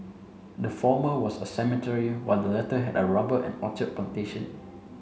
the former was a cemetery while the latter had rubber and orchard plantation